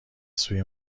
سوی